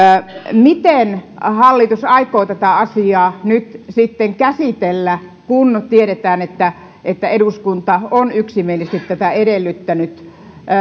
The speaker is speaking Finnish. miten hallitus aikoo tätä asiaa nyt sitten käsitellä kun tiedetään että että eduskunta on yksimielisesti tätä edellyttänyt